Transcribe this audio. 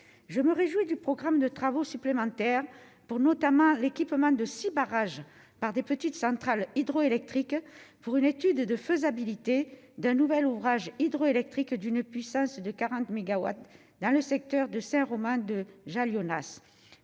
je me réjouis du programme de travaux supplémentaires pour, notamment, l'équipement de 6 barrages par des petites centrales hydroélectriques pour une étude de faisabilité d'un nouvel ouvrage hydro-électrique d'une puissance de 40 mégawatts dans le secteur de Saint-Romain De Gea